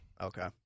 Okay